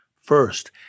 First